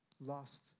lost